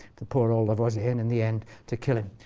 the poor old lavoisier, and in the end, to kill him.